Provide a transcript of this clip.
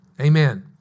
Amen